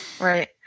Right